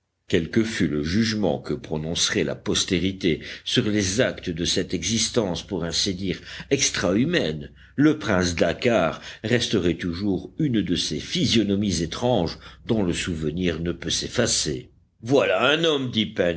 que fût le jugement que prononcerait la postérité sur les actes de cette existence pour ainsi dire extra humaine le prince dakkar resterait toujours une de ces physionomies étranges dont le souvenir ne peut s'effacer voilà un homme